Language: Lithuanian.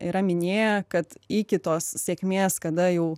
yra minėję kad iki tos sėkmės kada jau